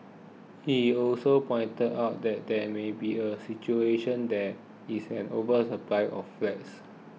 he also pointed out that there may be a situation there is an oversupply of flats